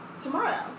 tomorrow